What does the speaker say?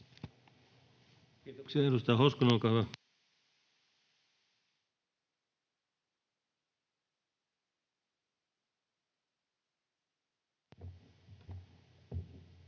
Kiitoksia. — Edustaja Hoskonen, olkaa hyvä.